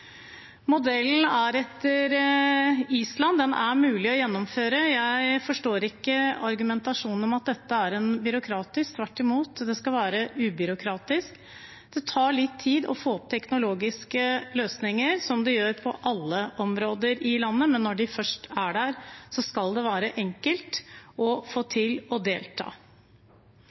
er etter modell fra Island, den er mulig å gjennomføre. Jeg forstår ikke argumentasjonen om at dette er byråkratisk, tvert imot, det skal være ubyråkratisk. Det tar litt tid å få opp teknologiske løsninger, som det gjør på alle områder i landet, men når de først er der, skal det være enkelt å få til å delta.